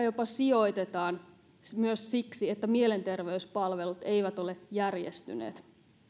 jopa sijoitetaan myös siksi että mielenterveyspalvelut eivät ole järjestyneet